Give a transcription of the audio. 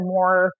more